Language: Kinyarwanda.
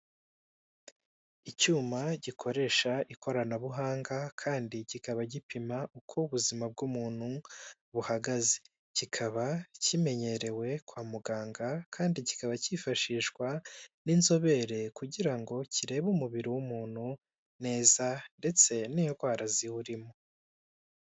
Icyuma gikoresha ikoranabuhanga kandi kikaba gipima uko ubuzima bw'umuntu buhagaze kikaba kimenyerewe kwa muganga kandi kikaba cyifashishwa n'inzobere kugira ngo kirebe umubiri w'umuntu neza ndetse n'indwara ziwurimo.